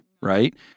right